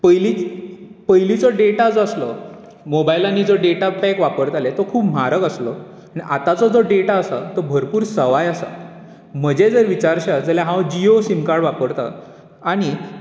पयलींचो डेटा जो आसलो मोबायलांनी जो डेटा पॅक वापरताले तो खूब म्हारग आसलो आतांचो जो डेटा आसा तो भरपूर सवाय आसा म्हजें जर विचारश्यात जाल्यार हांव जियो सीम कार्ड वापरता आनी